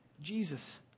Jesus